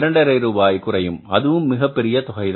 5 ரூபாய் குறையும் அதுவும் ஒரு பெரிய தொகை தான்